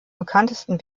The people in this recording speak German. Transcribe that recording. bekanntesten